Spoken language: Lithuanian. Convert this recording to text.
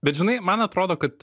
bet žinai man atrodo kad